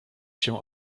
się